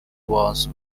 was